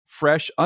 fresh